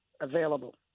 available